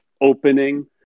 opening